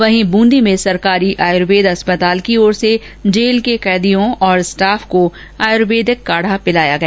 वहीं बूंदी में सरकारी आयुर्वेद अस्पताल की ओर से आज जेल के कैदियों और स्टाफ को आयुर्वेदिक काढ़ा पिलाया गया